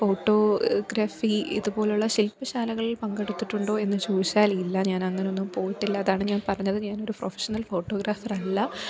photography ഇതു പോലെയുള്ള ശില്പശാലകള് പങ്കെടുത്തിട്ടുണ്ടോ എന്നു ചോദിച്ചാൽ ഇല്ല ഞാനങ്ങനൊന്നും പോയിട്ടില്ല അതാണ് ഞാന് പറഞ്ഞത് ഞാനൊരു പ്രൊഫഷണല് ഫോട്ടോഗ്രാഫറല്ല